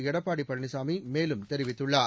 எடப்பாடி பழனிசாமி மேலும் தெரிவித்துள்ளார்